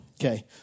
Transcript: Okay